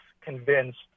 convinced